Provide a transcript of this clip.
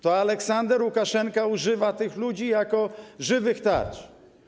To Aleksander Łukaszenka używa tych ludzi jako żywych tarcz.